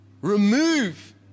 Remove